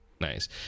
Nice